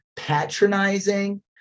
patronizing